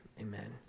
amen